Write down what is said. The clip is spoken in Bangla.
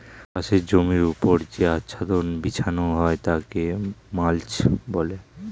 চাষের জমির ওপর যে আচ্ছাদন বিছানো হয় তাকে মাল্চ বলে